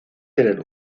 tener